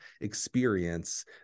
experience